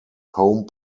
home